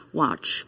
watch